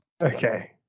Okay